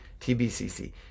tbcc